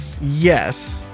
yes